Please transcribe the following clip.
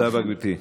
תודה רבה, גברתי.